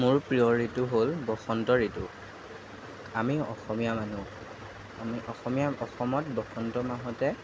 মোৰ প্ৰিয় ঋতু হ'ল বসন্ত ঋতু আমি অসমীয়া মানুহ আমি অসমীয়া অসমত বসন্ত মাহতে